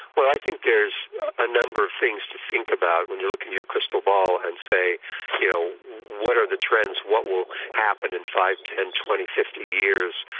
well, i think there's a number of things to think about when you look in your crystal and say you know what are the trends, what will happen in five, ten, twenty, fifty years.